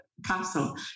castle